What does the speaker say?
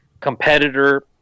competitor